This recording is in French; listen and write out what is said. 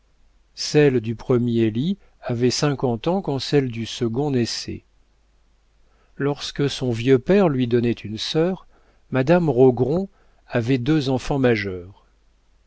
celle du premier lit avait cinquante ans quand celle du second naissait lorsque son vieux père lui donnait une sœur madame rogron avait deux enfants majeurs